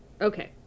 Okay